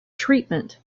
treatment